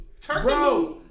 turkey